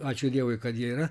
ačiū dievui kad jie yra